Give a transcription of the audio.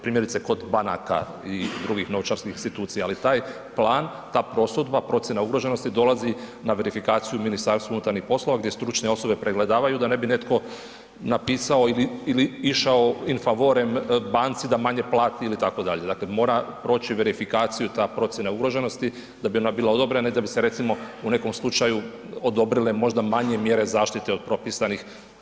Primjerice kod banaka i drugih novčarskih institucija, ali taj plan, ta prosudba procjena ugroženosti dolazi na verifikaciju u MUP gdje stručne osobe pregledavaju da ne bi netko napisao ili išao in favore banci da manje plati itd., dakle mora proći verifikaciju ta procjena ugroženosti da bi ona bila odobrena i da bi se recimo u nekom slučaju odobrile možda manje mjere zaštite od propisanih.